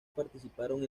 participaron